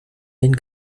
den